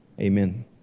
Amen